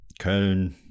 Köln